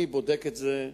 אני בודק את זה.